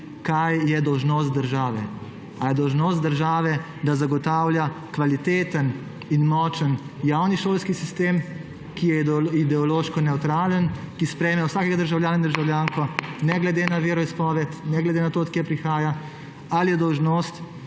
kaj je dolžnost države. Ali je dolžnost države, da zagotavlja kvaliteten in močan javni šolski sistem, ki je ideološko nevtralen, ki sprejme vsakega državljana in državljanko ne glede na veroizpoved, ne glede na to, od kod prihaja, ali je dolžnost